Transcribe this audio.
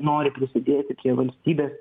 nori prisidėti prie valstybės